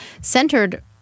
centered